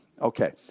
Okay